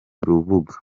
rubuga